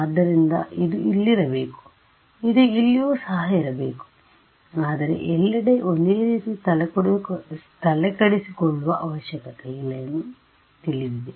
ಆದ್ದರಿಂದ ಇದು ಇಲ್ಲಿರಬೇಕು ಇದು ಇಲ್ಲಿಯೂ ಸಹ ಇರಬೇಕು ಆದರೆ ಎಲ್ಲೆಡೆ ಒಂದೇ ರೀತಿ ತಲೆಕೆಡಿಸಿಕೊಳ್ಳವ ಅವಶ್ಯಕತೆ ಇಲ್ಲ ಎಂದು ತಿಳಿದಿದೆ